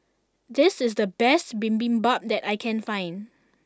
this is the best Bibimbap that I can find